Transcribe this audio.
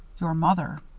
your mother,